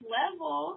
level